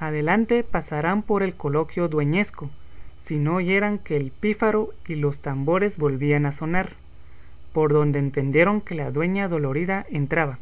adelante pasaran con el coloquio dueñesco si no oyeran que el pífaro y los tambores volvían a sonar por donde entendieron que la dueña dolorida entraba